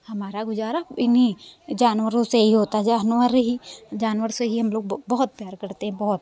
हमारा गुजारा इन्हीं जानवरों से होता है हमारे ही जानवर से ही हम लोग बहुत प्यार करते हैं बहुत